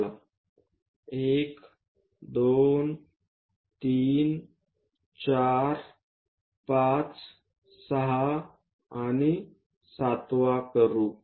चला 1 2 3 4 5 6 आणि 7 वा करू